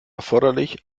erforderlich